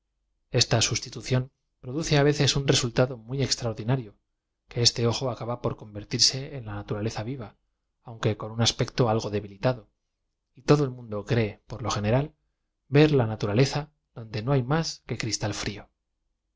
esta sustitución produce veces un resultado muy extraordinario que este ojo acaba por convertirse en la naturaleza v iv a aunque con un aspecto algo debilitado y todo e l mundo cree por lo general v e r la naturaleza donde oo hay más que cristal irlo